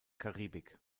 karibik